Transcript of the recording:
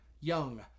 young